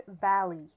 Valley